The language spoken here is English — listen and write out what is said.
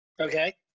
Okay